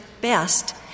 best